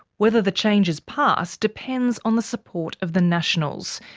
whether the changes pass depends on the support of the nationals.